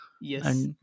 Yes